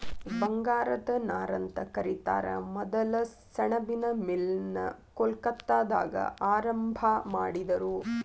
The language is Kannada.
ಬಂಗಾರದ ನಾರಂತ ಕರಿತಾರ ಮೊದಲ ಸೆಣಬಿನ್ ಮಿಲ್ ನ ಕೊಲ್ಕತ್ತಾದಾಗ ಆರಂಭಾ ಮಾಡಿದರು